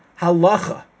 halacha